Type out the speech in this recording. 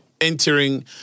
Entering